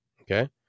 Okay